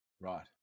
right